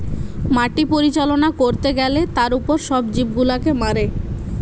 মাটি পরিচালনা করতে গ্যালে তার উপর সব জীব গুলাকে মারে